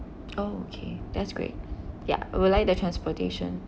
okay that's great yeah we would like the transportation